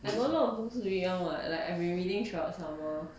I got a lot of books to read one what like I've been every reading throughout summer